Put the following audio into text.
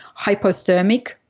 hypothermic